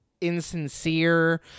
insincere